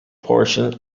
portion